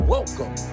Welcome